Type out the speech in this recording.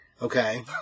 Okay